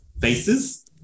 faces